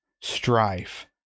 strife